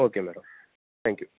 okay madam thank you